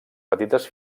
petites